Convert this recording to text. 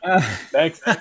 Thanks